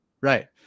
Right